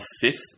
fifth